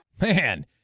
Man